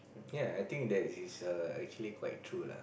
yea I think that it is err actually quite true lah